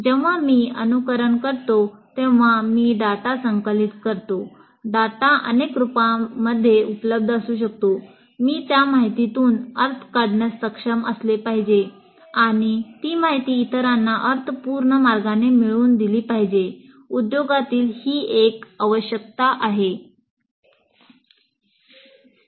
जेव्हा मी अनुकरण करतो तेव्हा मी डेटा संकलित करतो डेटा अनेक रूपांमध्ये उपलब्ध असू शकतो मी त्या माहितीतून अर्थ काढण्यास सक्षम असले पाहिजे आणि ती माहिती इतरांना अर्थपूर्ण मार्गाने मिळवून दिली पाहिजे उद्योगातील ही एक आवश्यकता आहे